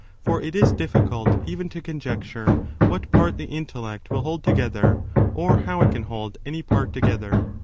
for it is difficult even to conjecture what part the intellect will hold together or how it can hold any part together.